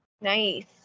Nice